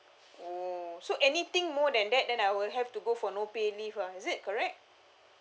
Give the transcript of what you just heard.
oh so anything more than that then I would have to go for no pay leave ah is it correct